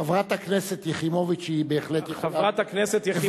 חברת הכנסת יחימוביץ היא בהחלט גברת,